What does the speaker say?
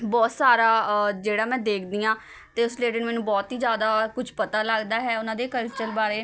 ਬਹੁਤ ਸਾਰਾ ਜਿਹੜਾ ਮੈਂ ਦੇਖਦੀ ਹਾਂ ਅਤੇ ਉਸ ਰਿਲੇਟਿਡ ਮੈਨੂੰ ਬਹੁਤ ਹੀ ਜ਼ਿਆਦਾ ਕੁਛ ਪਤਾ ਲੱਗਦਾ ਹੈ ਉਹਨਾਂ ਦੇ ਕਲਚਰ ਬਾਰੇ